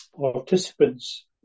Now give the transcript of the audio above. participants